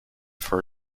for